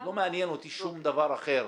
לא מעניין אותי שום דבר אחר.